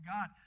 God